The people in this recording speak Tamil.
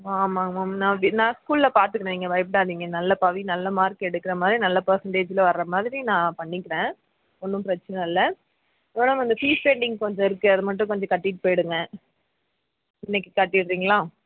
ஆமாம் ஆமாங்க மேம் நான் அப்படி நான் ஸ்கூலில் பார்த்துக்குனேன் நீங்கள் பயப்படாதிங்க நல்ல பவி நல்ல மார்க் எடுக்கறமாதிரி நல்ல பேர்செண்டேஜில் வர மாதிரி நான் பண்ணிக்கிறேன் ஒன்றும் பிரச்சனை இல்லை மேடம் அந்த ஃபீஸ் பெண்டிங் கொஞ்சம் இருக்கு அதை மட்டும் கொஞ்சம் கட்டிட்டு போய்விடுங்க இன்றைக்கு கட்டிடுறிங்களா